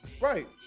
Right